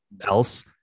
else